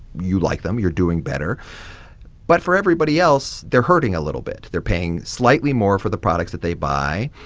you like them. you're doing better but for everybody else, they're hurting a little bit. they're paying slightly more for the products that they buy.